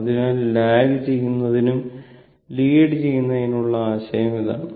അതിനാൽ ലാഗ് ചെയ്യുന്നതിനും ലീഡ് ചെയ്യുന്നതിനും ഉള്ള ആശയം ഇതാണ്